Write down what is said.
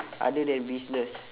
other than business